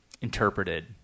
interpreted